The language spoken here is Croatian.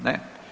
Ne.